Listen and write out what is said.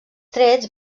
trets